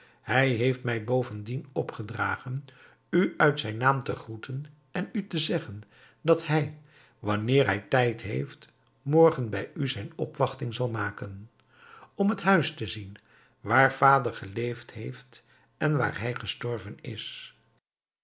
hij heeft mij bovendien opgedragen u uit zijn naam te groeten en u te zeggen dat hij wanneer hij tijd heeft morgen bij u zijn opwachting zal maken om het huis te zien waar vader geleefd heeft en waar hij gestorven is